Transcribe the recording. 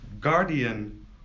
guardian